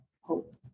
hope